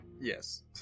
Yes